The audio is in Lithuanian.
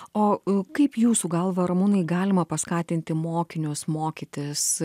o kaip jūsų galva ramūnai galima paskatinti mokinius mokytis